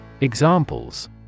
examples